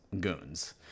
goons